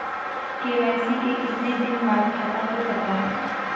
KYC के कितने दिन बाद खाता खुल सकता है?